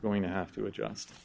going to have to adjust